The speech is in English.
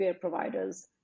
providers